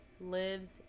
lives